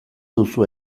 duzu